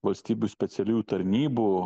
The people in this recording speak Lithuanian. valstybių specialiųjų tarnybų